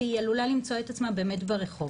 והיא עלולה למצוא את עצמה באמת ברחוב,